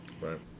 Right